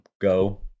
go